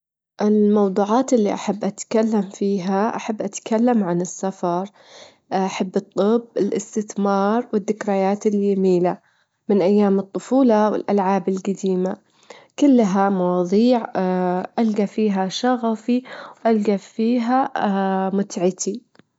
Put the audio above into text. أفضل متاحف الفنون والتاريخ، إهي النوع المفضل لي، خصوصًا إذ كانت هادي المتاحف تعرض أعمال فنية جديمة أو معارض عن ثقافات مختلفة، أحسها تعطيني فرصة حتى أتعلم أشيا جديدة من الماضي.